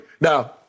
Now